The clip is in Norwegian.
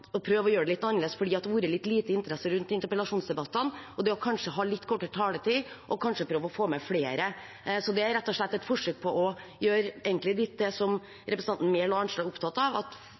å prøve å gjøre det litt annerledes fordi det har vært litt lite interesse rundt interpellasjonsdebattene – kanskje å ha litt kortere taletid og prøve å få med flere. Det er rett og slett et forsøk på å gjøre egentlig litt det som representantene Arnstad og Enger Mehl er opptatt av,